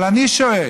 אבל אני שואל: